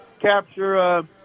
capture –